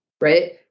right